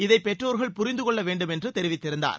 இதை பெற்றோர்கள் புரிந்து கொள்ள வேண்டும் என்று தெரிவித்திருந்தார்